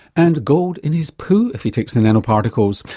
and gold in his poo if he takes the nano particles.